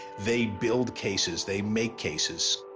they build cases, they make cases.